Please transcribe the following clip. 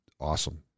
awesome